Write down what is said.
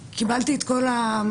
קיבלתי ממש את כל המעטפת,